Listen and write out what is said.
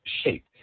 shape